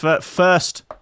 first